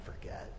forget